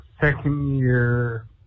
second-year